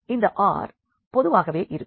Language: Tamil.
இந்த R பொதுவாகவே இருக்கும்